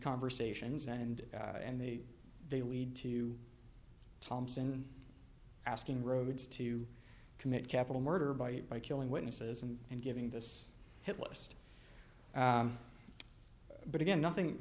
conversations and and they they lead to thompson asking roads to commit capital murder by by killing witnesses and giving this hit list but again nothing